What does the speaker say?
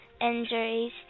injuries